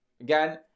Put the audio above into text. again